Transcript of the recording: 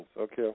okay